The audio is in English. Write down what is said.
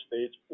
states